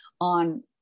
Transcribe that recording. on